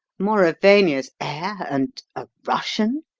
mauravania's heir and a russian?